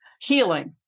healing